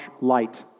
light